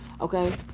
Okay